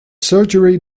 surgery